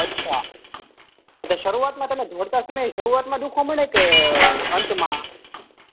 અચ્છા એટલે શરૂઆતમાં તમે ઘર પાસે નહીં શરૂઆતમાં દુખવા માંડે કે અંતમાં